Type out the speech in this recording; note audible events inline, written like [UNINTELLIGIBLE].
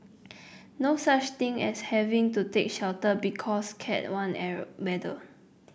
no such thing as having to take shelter because Cat I [UNINTELLIGIBLE] weather